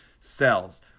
cells